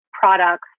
products